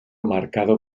marcado